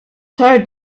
heard